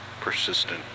persistent